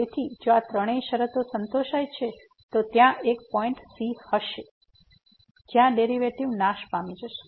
તેથી જો આ ત્રણે શરતો સંતોષાય છે તો ત્યાં એક પોઈન્ટ c હશે જ્યાં ડેરીવેટીવ નાશ પામી જશે